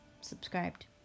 subscribed